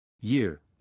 Year